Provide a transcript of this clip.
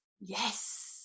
Yes